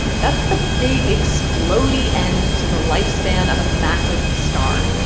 that's the big, explody end to the lifespan of a massive star.